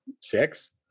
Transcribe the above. Six